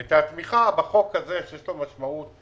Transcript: את התמיכה בחוק הזה שיש לו משמעות,